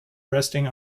resting